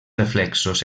reflexos